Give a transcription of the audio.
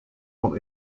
vom